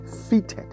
fitted